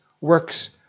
works